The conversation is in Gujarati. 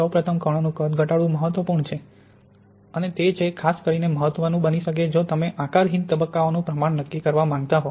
સૌપ્રથમ કણોનું કદ ઘટાડવું મહત્વપૂર્ણ છે અને તે છે ખાસ કરીને મહત્વનું બની શકે જો તમે આકારહીન તબક્કોનું પ્રમાણ નક્કી કરવા માંગતા હોવ